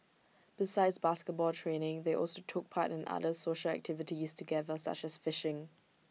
besides basketball training they also took part in other social activities together such as fishing